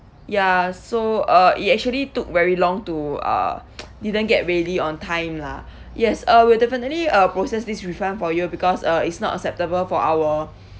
ya so uh it actually took very long to uh didn't get ready on time lah yes uh we'll definitely uh process this refund for you because uh it's not acceptable for our